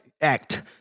act